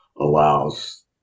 allows